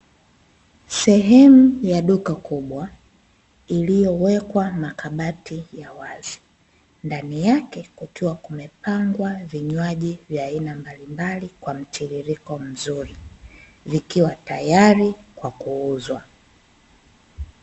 Sehemu ya duka kubwa iliyowekwa makabati ya wazi, ndani yake kukiwa kumepangwa vinywaji vya aina mbalimbali kwa mtiririko mzuri, vikiwa tayari kwa kuuzwa.